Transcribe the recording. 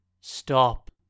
Stop